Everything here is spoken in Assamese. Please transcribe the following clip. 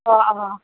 অঁ অঁ